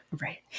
Right